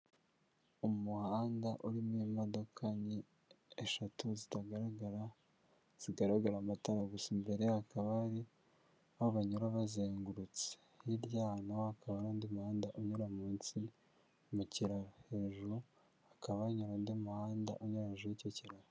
Umuhanda urimo imodoka eshatu zitagaragara, zigaragara amatarama gusa. Imbere hakaba ari aho banyura bazengurutse. Hirya naho hakaba undi muhanda unyura munsi mukiraro hejuru hakaba hari undi muhanda unyura hejuru y'icyo kiraro.